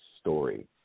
story